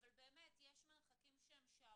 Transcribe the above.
והנושא השני,